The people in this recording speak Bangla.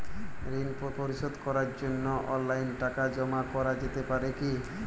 ঋন পরিশোধ করার জন্য অনলাইন টাকা জমা করা যেতে পারে কি?